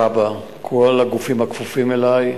כב"א, כל הגופים הכפופים אלי,